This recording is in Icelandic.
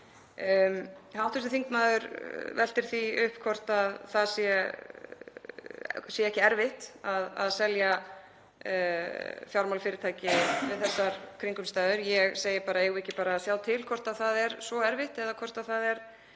Hv. þingmaður veltir því upp hvort það sé ekki erfitt að selja fjármálafyrirtæki við þessar kringumstæður. Ég segi bara: Eigum við ekki bara að sjá til hvort það er svo erfitt eða hvort það